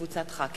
הצעת חוק